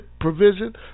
provision